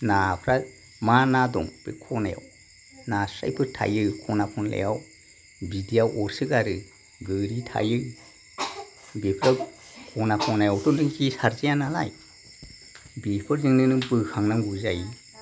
नाफ्रा मा ना दं बे खनायाव नास्रायफोर थायो खना खनलायाव बिदिआव अरसोगारो गोरि थायो बेफ्राव खना खनायावथ' नों जे सारजाया नालाय बेफोरजोंनो नों बोखांनांगौ जायो